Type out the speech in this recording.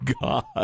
god